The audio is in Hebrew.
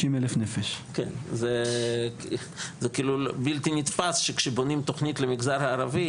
זה בלתי נתפס שכשבונים תכנית למגזר הערבי